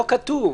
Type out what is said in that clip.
אבל זה לא כתוב.